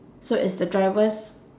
so it's the driver's